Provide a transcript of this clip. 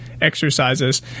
exercises